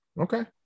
Okay